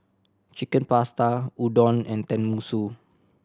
Chicken Pasta Udon and Tenmusu